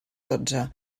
dotze